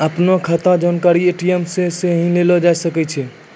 अपनो खाता के जानकारी ए.टी.एम से सेहो लेलो जाय सकै छै